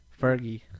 Fergie